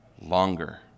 Longer